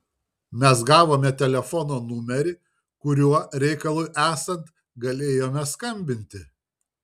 mes gavome telefono numerį kuriuo reikalui esant galėjome skambinti